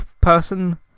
person